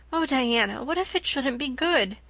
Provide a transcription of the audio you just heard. oh, diana, what if it shouldn't be good!